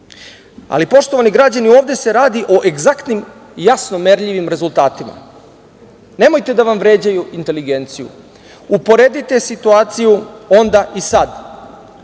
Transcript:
ali poštovani građani, ovde se radi o egzaktnim i jasno merljivim rezultatima. Nemojte da vam vređaju inteligenciju. Uporedite situaciju onda i sada,